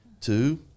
Two